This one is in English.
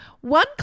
One